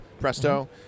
presto